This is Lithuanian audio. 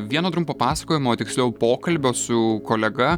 vieno trumpo pasakojimo tiksliau pokalbio su kolega